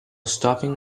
stopping